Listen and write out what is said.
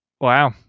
Wow